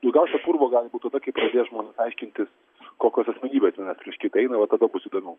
daugiausia purvo gali būt tada kai pradės žmonės aiškintis kokios asmenybės vienas prieš kitą eina va tada bus įdomiau